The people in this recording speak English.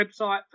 website